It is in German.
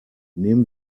nehmen